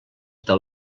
del